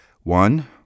One